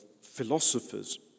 philosophers